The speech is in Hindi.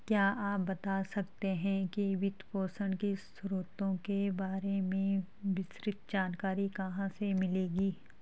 क्या आप बता सकते है कि वित्तपोषण के स्रोतों के बारे में विस्तृत जानकारी कहाँ से मिलेगी?